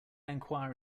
enquire